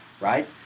right